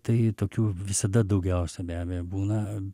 tai tokių visada daugiausia be abejo būna